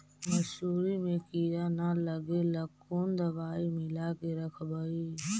मसुरी मे किड़ा न लगे ल कोन दवाई मिला के रखबई?